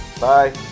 bye